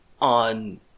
on